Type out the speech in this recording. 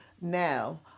now